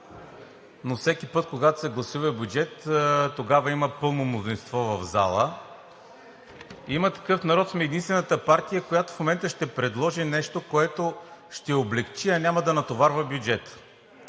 но всеки път, когато се гласува бюджет, тогава има пълно мнозинство в залата. „Има такъв народ“ сме единствената партия, която в момента ще предложи нещо, което ще облекчи, а няма да натоварва бюджета,